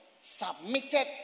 submitted